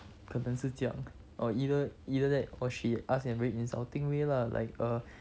可能是这样 or either either that or she ask in very insulting way lah like err